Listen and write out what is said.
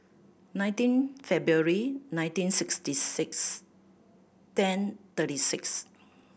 nineteen February nineteen sixty six ten thirty six